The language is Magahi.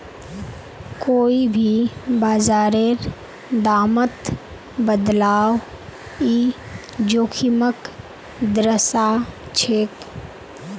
कोई भी बाजारेर दामत बदलाव ई जोखिमक दर्शाछेक